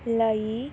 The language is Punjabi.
ਲਈ